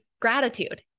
gratitude